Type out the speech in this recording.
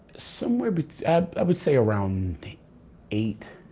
somewhere, but i would say around eight.